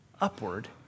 upward